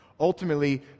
ultimately